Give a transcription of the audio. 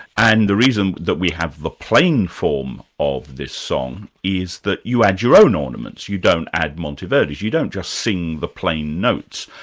and the reason that we have the plain form of this song is that you add your own ornaments, you don't add monteverdi's, you don't just sing the plain notes.